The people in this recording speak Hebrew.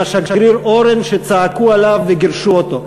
עם השגריר אורן שצעקו עליו וגירשו אותו.